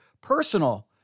personal